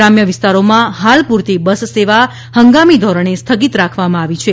ગ્રામ્ય વિસ્તારોમાં હાલ પુરતી બસ સેવા હંગામી ધોરણે સ્થગિત રાખવામાં આવી છે